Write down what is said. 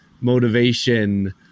motivation